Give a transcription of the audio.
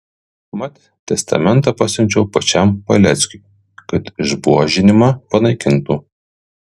mat testamentą pasiunčiau pačiam paleckiui kad išbuožinimą panaikintų